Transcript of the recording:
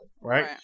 right